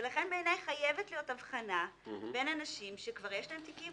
ולכן בעיני חייבת להיות הבחנה בין אנשים שכבר יש להם תיקים